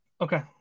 Okay